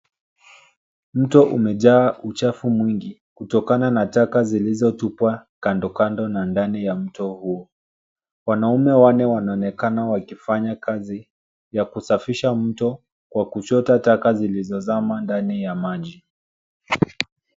Mto umejaa uchafu mwingi kutokana na taka zilizo tupwa kando kando na ndani ya mto huyo, wanaume wanne wanaonekana wakifanya kazi ya kusafisha mto kwa kuchota taka zilizozama ndani ya maji